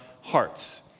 hearts